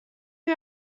who